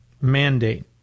mandate